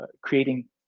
creating